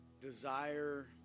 desire